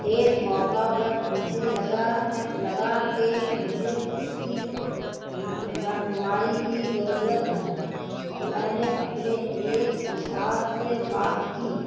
ایک موقع پر مجھے لگا ہے لگا کہ مجھے کسی کی رہنمائی کی ضرورت ہے تو میں نے اپنے ایک استاد سے بات کی